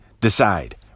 Decide